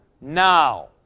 now